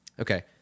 okay